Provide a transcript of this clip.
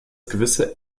gewisse